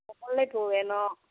முல்லைப்பூ வேணும்